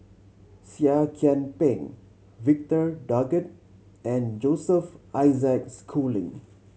Seah Kian Peng Victor Doggett and Joseph Isaac Schooling